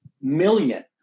million